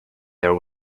there